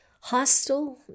hostile